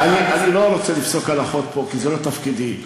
אני לא רוצה לפסוק הלכות פה, כי זה לא תפקידי.